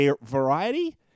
variety